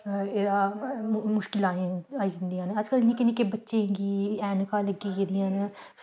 एह्दा मुश्कल आई जंदियां न अज्जकल एह् निक्के निक्के बच्चें गी ऐनका लग्गी गेदियां न